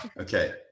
okay